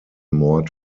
mord